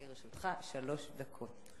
לרשותך שלוש דקות.